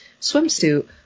swimsuit